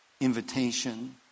invitation